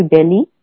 Delhi